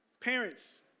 Parents